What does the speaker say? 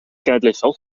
genedlaethol